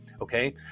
okay